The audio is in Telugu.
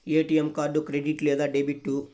ఏ.టీ.ఎం కార్డు క్రెడిట్ లేదా డెబిట్?